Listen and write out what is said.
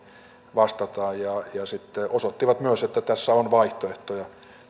vastataan ja sitten osoittivat myös että tässä on vaihtoehtoja